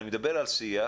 אני מדבר על שיח